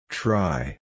Try